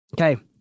Okay